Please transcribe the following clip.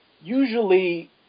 usually